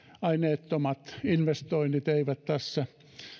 aineettomat investoinnit eivät tässä